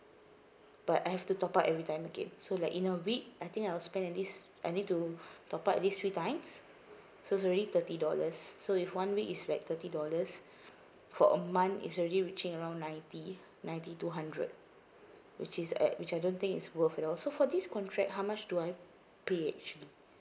but I have to top up every time again so like in a week I think I'll spend at least I need to top up at least three times so it's already thirty dollars so if one week is like thirty dollars for a month it's already reaching around ninety ninety two hundred which is at which I don't think is worth at all so for this contract how much do I pay actually